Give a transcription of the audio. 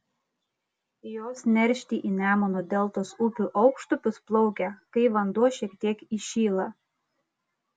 jos neršti į nemuno deltos upių aukštupius plaukia kai vanduo šiek tiek įšyla